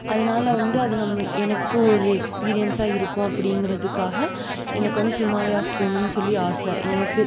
அதனால வந்து அது நம் எனக்கு ஒரு எக்ஸ்பீரியன்ஸாக இருக்கும் அப்படிங்கிறதுக்காக எனக்கு வந்து ஹிமாலயாஸ் போகணுன்னு சொல்லி ஆசை எனக்கு